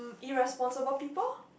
irresponsible people